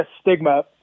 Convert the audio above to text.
stigma